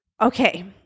Okay